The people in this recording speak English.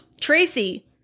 Tracy